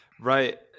Right